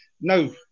no